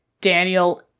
Daniel